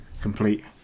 complete